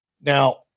Now